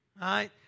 right